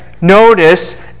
Notice